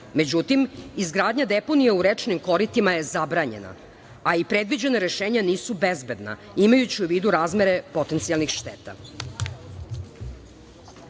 Međutim, izgradnja deponije u rečnim koritima je zabranjena, a i predviđena rešenja nisu bezbedna, imajući u vidu razmere potencijalnih